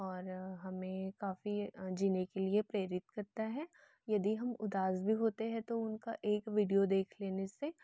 और हमें काफ़ी जीने के लिए प्रेरित करता है यदि हम उदास भी होते हैं तो उनका एक विडियो देख लेने से